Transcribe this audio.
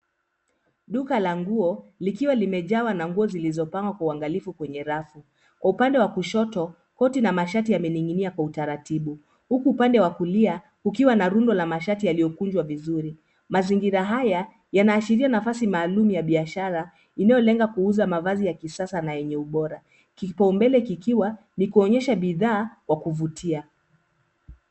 Duka la nguo likiwa limejawa na nguo zilizopangwa kwa uangalifu kwenye rafu. Kwa upande wa kushoto, koti na mashati yamening'inia kwa utaratibu huku upande wa kulia ukiwa na rundo la mashati yaliyopangwa vizuri. Mazingira haya yanaashiria nafasi maalum ya biashara inayolenga kuuza mavazi ya kisasa yenye ubora, kipa umbele kikiwa ni kuonyesha bidhaa kwa kuvutia.